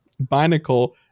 Binacle